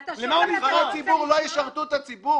אתה שואל ואתה לא רוצה לשמוע?